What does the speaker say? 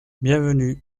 bienvenue